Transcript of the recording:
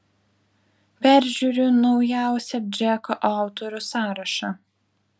peržiūriu naujausią džeko autorių sąrašą